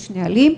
יש נהלים,